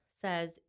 says